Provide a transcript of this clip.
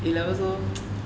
A levels so